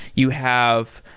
you have,